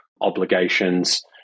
obligations